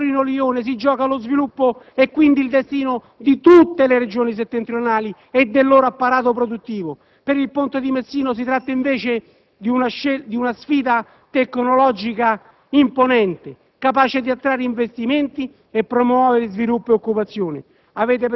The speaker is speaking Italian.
Sulla Torino-Lione si gioca lo sviluppo e quindi il destino di tutte le Regioni settentrionali e del loro apparato produttivo. Per il ponte di Messina si tratta invece di una sfida tecnologica imponente, capace di attrarre investimenti e promuovere sviluppo e occupazione.